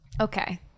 Okay